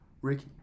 ricky